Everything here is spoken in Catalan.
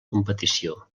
competició